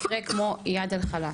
מקרה כמו איאד אל-חלאק,